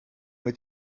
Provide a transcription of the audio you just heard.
mit